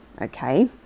okay